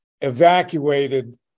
evacuated